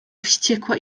wściekła